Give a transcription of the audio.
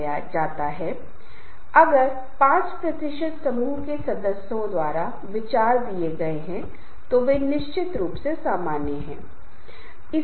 इसलिए इसे मैत्री समूह कहा जाता है उदाहरण के लिए अन्य मैत्री समूह उन कर्मचारियों की तरह हो सकते हैं जो मैत्री समूह बनाते हैं उनके पास एक योग समूह हो सकता है